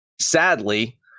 Sadly